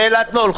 תושבי אילת פטרנו.